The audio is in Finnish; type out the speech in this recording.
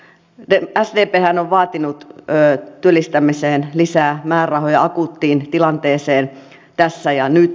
sdphän on vaatinut työllistämiseen lisää määrärahoja akuuttiin tilanteeseen tässä ja nyt